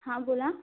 हां बोला